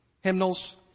hymnals